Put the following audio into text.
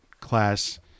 class